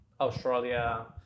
Australia